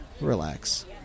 relax